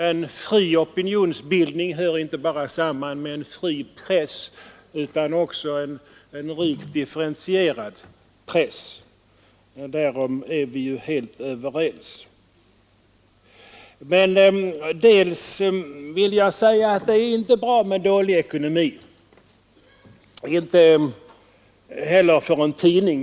En fri opinionsbildning hör inte bara samman med en fri press utan också med en rikt differentierad press. Därom är vi helt överens. Det är över huvud taget inte bra med dålig ekonomi — inte heller för en tidning.